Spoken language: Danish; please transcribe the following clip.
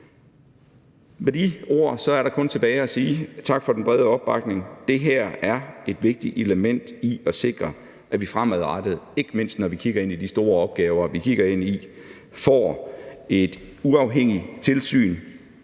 Med de ord er der kun tilbage at sige: Tak for den brede opbakning. Det her er et vigtigt element i at sikre, at vi fremadrettet, ikke mindst når vi kigger ind i de store opgaver, vi står over for, får et uafhængigt tilsyn,